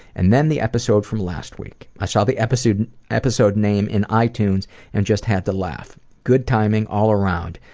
and then the episode from last week. i saw the episode and episode name in itunes and just had to laugh. good timing, all around.